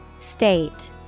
State